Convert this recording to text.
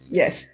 yes